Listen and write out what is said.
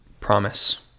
promise